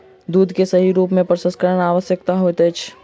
दूध के सही रूप में प्रसंस्करण आवश्यक होइत अछि